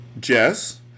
Jess